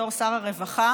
בתור שר הרווחה.